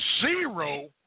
zero